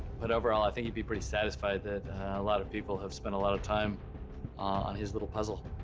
but overall, i think he'd be pretty satisfied that a lot of people have spent a lot of time on his little puzzle.